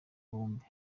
bombi